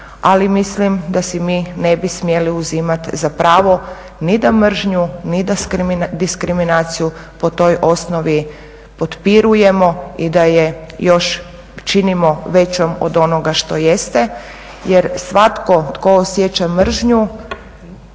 ali mislim da si mi ne bi smjeli uzimat za pravo ni da mržnju ni diskriminaciju po toj osnovi potpirujemo i da je još činimo većom od onoga što jeste. Jer svatko tko osjeća mržnju